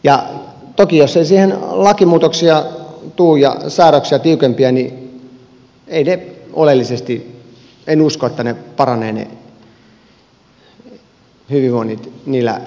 ja toki jos ei siihen lakimuutoksia tule ja tiukempia säädöksiä niin en usko että oleellisesti paranevat ne hyvinvoinnit niillä häkkieläimillä